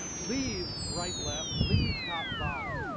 leave right left, leave top bottom,